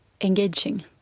engaging